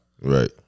Right